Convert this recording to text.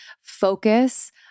focus